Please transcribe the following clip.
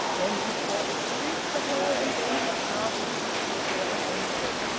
then he sought excuse for her, and then he cast the excuse away angrily.